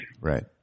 Right